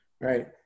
right